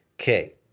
Okay